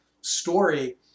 story